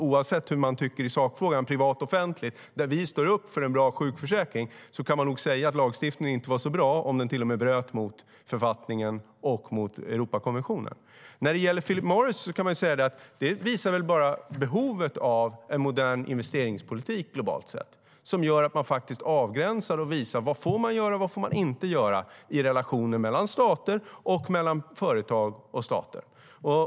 Oavsett hur man tycker i sakfrågan - privat eller offentligt - där vi står upp för en bra sjukförsäkring, kan man nog säga att lagstiftningen inte var så bra om den till och med bröt mot författningen och mot Europakonventionen.När det gäller fallet Philip Morris visade det bara på behovet av en modern investeringspolitik globalt sett som gör tydligt vad man får göra och inte får göra i relationer mellan stater och mellan företag och stater.